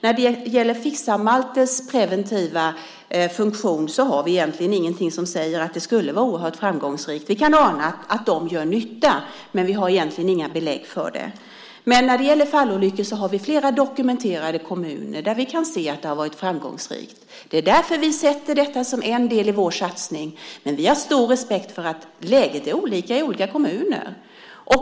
Vi har egentligen ingenting som säger att Fixar-Maltes preventiva funktion skulle vara oerhört framgångsrik. Vi kan ana att de gör nytta, men vi har egentligen inga belägg för det. Men när det gäller fallolyckor har vi flera dokumenterade kommuner där vi kan se att det har varit framgångsrikt. Det är därför vi har detta som en del i vår satsning, men vi har stor respekt för att läget är olika i olika kommuner.